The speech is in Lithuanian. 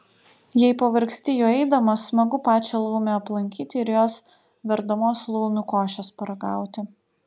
jei pavargsti juo eidamas smagu pačią laumę aplankyti ir jos verdamos laumių košės paragauti